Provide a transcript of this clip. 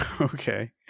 Okay